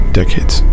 decades